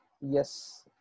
yes